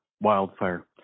wildfire